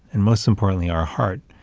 and most importantly, our heart,